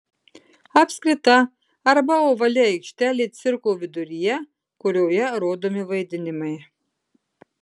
apskrita arba ovali aikštelė cirko viduryje kurioje rodomi vaidinimai